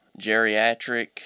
Geriatric